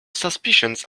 suspicions